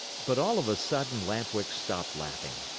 but all of a sudden lamp-wick stopped laughing.